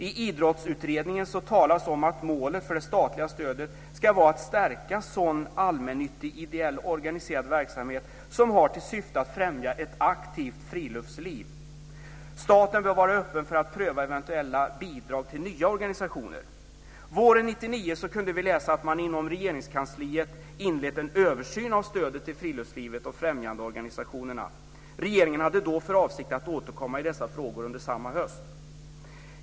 I Idrottsutredningen talas det om att målet för det statliga stödet ska vara att stärka sådan allmännyttig ideellt organiserad verksamhet som har till syfte att främja ett aktivt friluftsliv. Staten bör vara öppen för att pröva eventuella bidrag till nya organisationer. Våren 1999 kunde vi läsa att man inom Regeringskansliet hade inlett en översyn av stödet till friluftslivet och främjandeorganisationerna. Regeringen hade då för avsikt att återkomma i dessa frågor under samma höst.